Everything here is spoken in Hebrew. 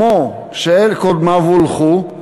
כמו שקודמיו הולכו,